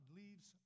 leaves